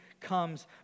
comes